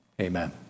Amen